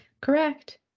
Correct